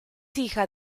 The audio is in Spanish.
hija